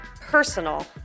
personal